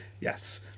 yes